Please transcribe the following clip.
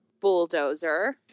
Bulldozer